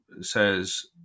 says